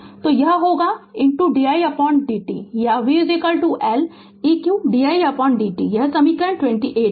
तो यह होगा didt या v L eq didt यह समीकरण 28 है